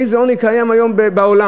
איזה עוני קיים היום בעולם.